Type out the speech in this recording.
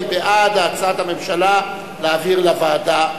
מי בעד הצעת הממשלה להעביר לוועדה?